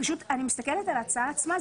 אני מסתכלת על ההצעה עצמה.